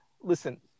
Listen